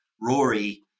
Rory